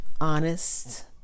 honest